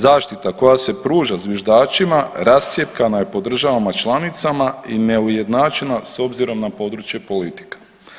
Zaštita koja se pruža zviždačima rascjepkana je po državama članicama i neujednačena s obzirom na područje politika.